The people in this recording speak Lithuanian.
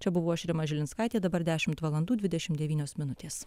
čia buvau aš rima žilinskaitė dabar dešimt valandų dvidešim devynios minutės